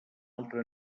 altra